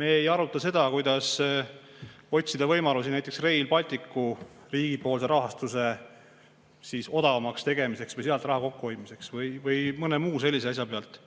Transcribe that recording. Me ei aruta seda, kuidas otsida võimalusi näiteks Rail Balticu riigipoolse rahastuse odavamaks tegemiseks, sealt raha kokkuhoidmiseks või mõne muu sellise asja pealt.